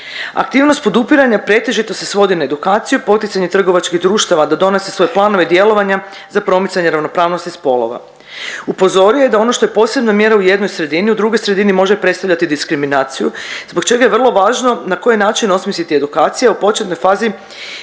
Aktivnost podupiranja pretežito se svodi na edukaciju, poticanje trgovačkih društava da donose svoje planove djelovanja za promicanje ravnopravnosti spolova. Upozorio je da ono što je posebna mjera u jednoj sredini, u drugoj sredini može predstavljati diskriminaciju zbog čega je vrlo važno na koji način osmisliti edukacije, a u početnoj fazi